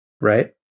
Right